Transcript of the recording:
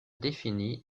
définie